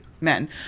men